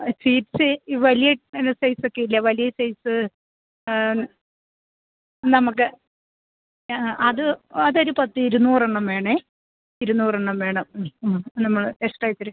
sweets ഈ വലിയ അങ്ങനെ സൈസൊക്കെ ഇല്ലെ വലിയ സൈസ് നമുക്ക് അത് അതൊര് പത്ത് ഇരുന്നൂറ് എണ്ണം വേണം ഇരുന്നൂറ് എണ്ണം വേണം ഉം ഉം നമ്മൾ എസ് ടൈപ്പിൽ